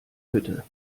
hütte